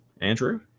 Andrew